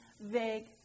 vague